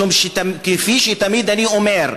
משום שכפי שתמיד אני אומר,